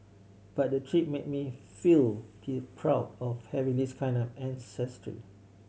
but the trip made me feel P proud of having this kind of ancestry